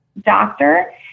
doctor